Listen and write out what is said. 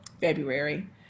February